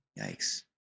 Yikes